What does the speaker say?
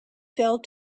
fell